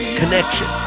connection